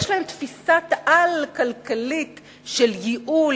יש להם תפיסת-על כלכלית של ייעול,